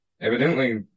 evidently